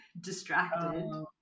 distracted